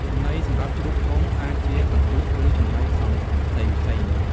ចំណីសម្រាប់ជ្រូកធំ អាចជាកន្ទក់ ឬចំណីផ្សំផ្សេងៗ។